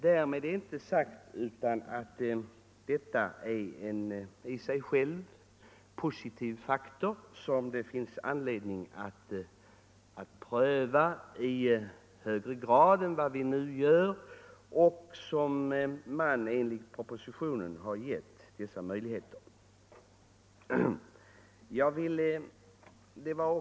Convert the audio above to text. Därmed inte sagt att sambruksföreningar inte i och för sig kan vara en positiv faktor som det finns anledning att pröva i större utsträckning än vi hittills gjort. Enligt propositionens förslag får vi vissa möjligheter att göra det.